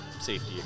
safety